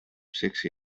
seksi